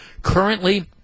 Currently